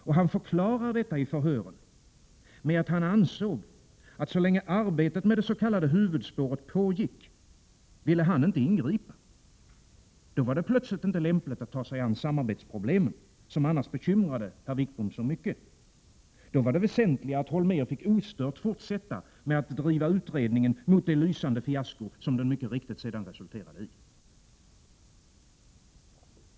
Och han förklarar detta i förhören med att han ansåg, att så länge arbetet meds.k. huvudspåret pågick ville han inte ingripa. Då var det plötsligt inte lämpligt att försöka ta sig an samarbetsproblemen, som annars bekymrade herr Wickbom så mycket. Då var det väsentliga att Holmér fick ostört fortsätta att driva utredningen mot det lysande fiasko, som den mycket riktigt resulterade i.